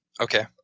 Okay